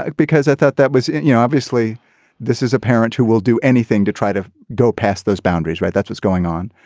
like because i thought that was you know obviously this is a parent who will do anything to try to go past those boundaries right. that's what's going on.